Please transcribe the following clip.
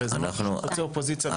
הרי זה משהו שחוצה אופוזיציה וקואליציה.